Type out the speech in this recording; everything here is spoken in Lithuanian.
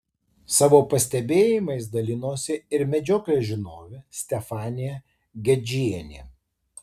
savo pastebėjimais dalinosi ir medžioklės žinovė stefanija gedžienė